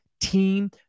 team